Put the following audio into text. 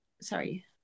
sorry